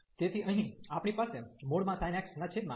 તેથી અહીં આપણી પાસે x |xp છે કારણ કે આ ધન છે